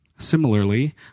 Similarly